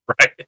Right